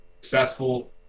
successful